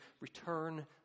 return